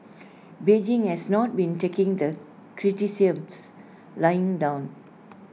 Beijing has not been taking the criticisms lying down